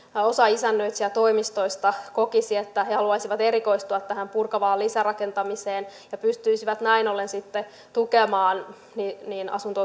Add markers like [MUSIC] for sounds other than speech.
osa isännöitsijätoimistoista kokisi että he haluaisivat erikoistua tähän purkavaan lisärakentamiseen ja pystyisivät näin ollen tukemaan asunto [UNINTELLIGIBLE]